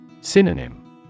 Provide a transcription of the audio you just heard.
Synonym